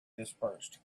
dispersed